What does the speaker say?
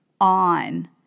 on